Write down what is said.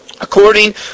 According